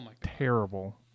terrible